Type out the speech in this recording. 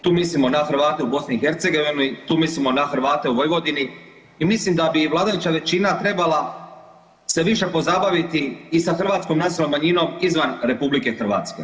Tu mislimo na Hrvate u BiH, tu mislimo na Hrvate u Vojvodini i mislim da bi vladajuća većina trebala se više pozabaviti i sa hrvatskom nacionalnom manjinom izvan RH.